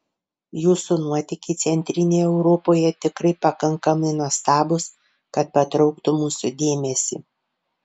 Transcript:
jūsų nuotykiai centrinėje europoje tikrai pakankamai nuostabūs kad patrauktų mūsų dėmesį